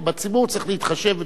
בציבור צריך להתחשב.